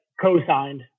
co-signed